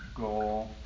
Goal